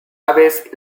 aves